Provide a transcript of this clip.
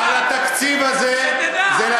שתדע.